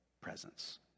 presence